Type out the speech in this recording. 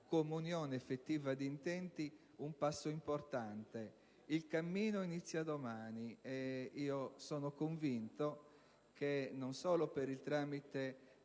comunione effettiva di intenti, un passo importante: il cammino inizia domani. Sono convinto che non solo per il tramite